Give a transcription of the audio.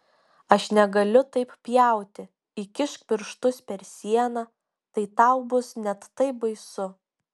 aš negaliu taip pjauti įkišk pirštus per sieną tai tau bus net taip baisu